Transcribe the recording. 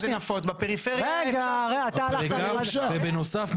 שנייה --- ובנוסף,